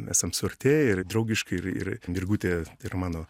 esam suartėję ir draugiškai ir ir virgutė yra mano